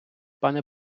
пане